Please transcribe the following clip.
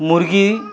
মুরগি